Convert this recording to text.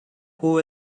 who